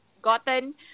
gotten